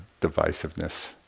divisiveness